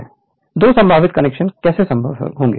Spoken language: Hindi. Refer Slide Time 1054 दो संभावित कनेक्शन कैसे संभव होंगे